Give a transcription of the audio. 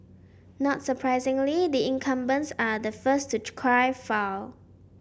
not surprisingly the incumbents are the first to cry foul